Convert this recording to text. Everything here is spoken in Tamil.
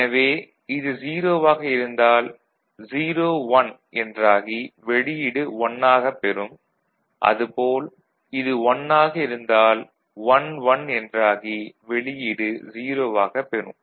எனவே இது 0 ஆக இருந்தால் 0 1 என்றாகி வெளியீடு 1 ஆகப் பெறும் அது போல் இது 1 ஆக இருந்தால் 1 1 என்றாகி வெளியீடு 0 ஆகப் பெறும்